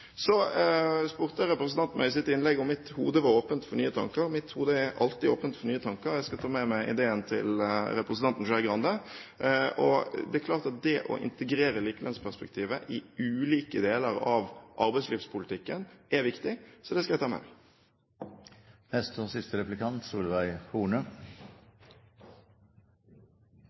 Så spurte representanten meg i sitt innlegg om mitt hode var åpent for nye tanker. Mitt hode er alltid åpent for nye tanker. Jeg skal ta med meg ideen til representanten Skei Grande. Det er klart at det å integrere likelønnsperspektivet i ulike deler av arbeidslivspolitikken er viktig, så det skal jeg ta med